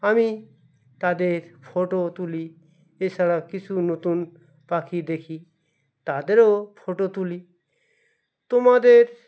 আমি তাদের ফটো তুলি এছাড়া কিছু নতুন পাখি দেখি তাদেরও ফটো তুলি তোমাদের